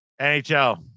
NHL